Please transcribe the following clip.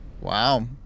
Wow